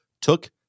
Took